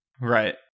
Right